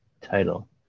title